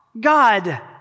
God